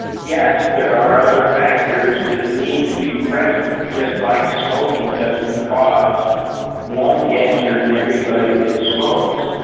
yes, there are other factors that need to be present, just like smoking doesn't cause lung cancer in everybody that smokes,